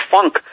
funk